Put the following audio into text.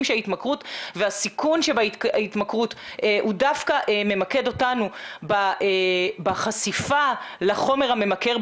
שההתמכרות והסיכון שבהתמכרות הוא דווקא ממקד אותנו בחשיפה לחומר הממכר,